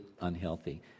unhealthy